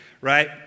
Right